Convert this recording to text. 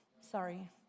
Sorry